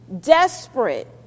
desperate